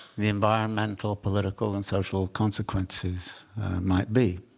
the environmental, political, and social consequences might be.